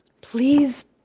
please